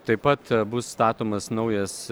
taip pat bus statomas naujas